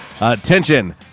Attention